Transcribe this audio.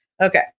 Okay